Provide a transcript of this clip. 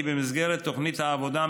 כי במסגרת תוכנית העבודה,